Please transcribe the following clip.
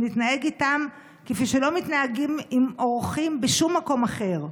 ונתנהג איתם כפי שלא מתנהגים עם אורחים בשום מקום אחר.